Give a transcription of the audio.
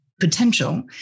potential